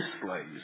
displays